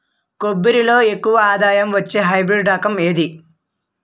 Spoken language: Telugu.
కొబ్బరి లో ఎక్కువ ఆదాయం వచ్చే హైబ్రిడ్ రకం ఏది?